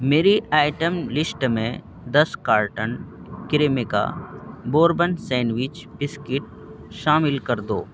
میری item list میں دس carton Cremica bourbon sandwich biscuit شامل کر دو